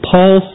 Paul